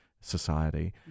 society